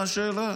מה השאלה?